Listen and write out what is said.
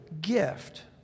gift